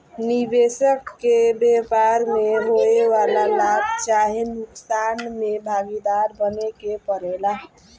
निबेसक के व्यापार में होए वाला लाभ चाहे नुकसान में भागीदार बने के परेला